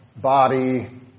body